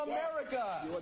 America